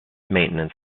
maintenance